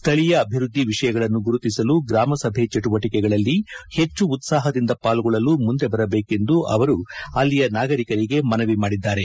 ಸ್ಥಳೀಯ ಅಭಿವೃದ್ದಿ ವಿಷಯಗಳನ್ನು ಗುರುತಿಸಲು ಗ್ರಾಮಸಭೆ ಚಟುವಟಿಕೆಗಳಲ್ಲಿ ಹೆಚ್ಚು ಉತ್ಸಾಹದಿಂದ ಪಾಲ್ಗೊಳ್ಳಲು ಮುಂದೆ ಬರಬೇಕೆಂದು ಅವರು ಅಲ್ಲಿಯ ನಾಗರಿಕರಿಗೆ ಮನವಿ ಮಾಡಿದ್ದಾರೆ